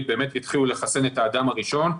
באמת יתחילו לחסן את האדם הראשון?